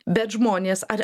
bet žmonės ar